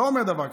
לא אומר דבר כזה,